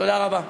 תודה רבה.